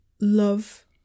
love